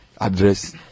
address